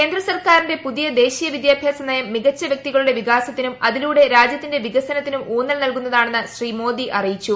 കേന്ദ്ര സർക്കാരിന്റെ പുതിയ ദേശീയ വിദ്യാഭ്യാസ നയം മികച്ച വൃക്തികളുടെ വികാസത്തിനും അതിലൂടെ രാജ്യത്തിന്റെ വികസനത്തിനും ഊന്നൽ നൽകുന്നതാണെന്ന് ശ്രീ മോദി അറിയിച്ചു